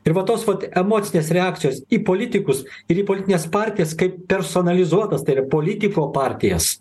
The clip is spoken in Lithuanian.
ir va tos vat emocinės reakcijos į politikus ir į politines partijas kaip personalizuotas tai yra politiko partijas